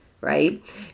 right